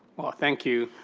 well, thank you.